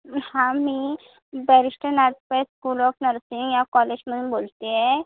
हा मी barrister Nath Pai school of nursing या कॉलेजमधून बोलत आहे